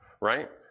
Right